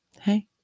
hey